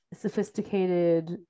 sophisticated